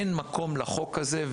אין מקום לחוק הזה",